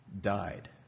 died